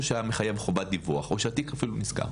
שהיה מחייב חובת דיווח או שהתיק נסגר.